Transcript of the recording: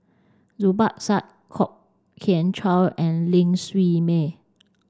Zubir Said Kwok Kian Chow and Ling Siew May